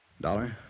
Dollar